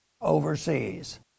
overseas